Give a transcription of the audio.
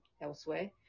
elsewhere